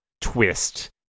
twist